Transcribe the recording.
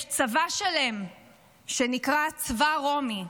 יש צבא שלם שנקרא "צבא רומי",